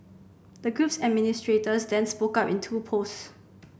the group's administrators then spoke up in two posts